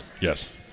Yes